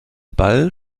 ball